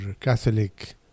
Catholic